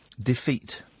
defeat